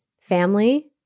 family